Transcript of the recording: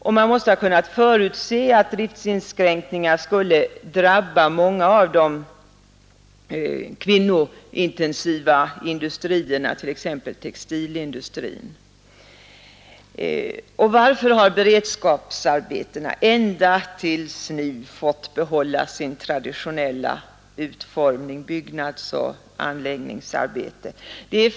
Man måste också ha kunnat förutse att driftinskränkningar skulle drabba många av de kvinnointensiva industrierna, t.ex. textilindustrin. Och varför har beredskapsarbetena ända tills nu fått behålla sin traditionella utformning — byggnadsoch anläggningsarbeten?